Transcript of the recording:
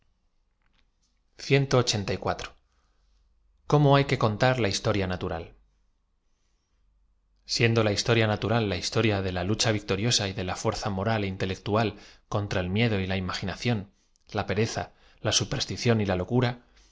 belicosa ómo hay que contar la h istoria n atural siendo la hiatoria natural la historia de la lucha victorioaa y de la fuerza moral é intelectual contra el miedo y la imaginación la pereza la superstición y la locura